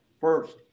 First